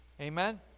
Amen